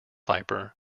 viper